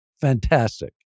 Fantastic